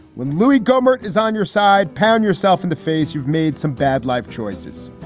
when louie gohmert is on your side. pound yourself in the face you've made some bad life choices.